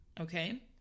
Okay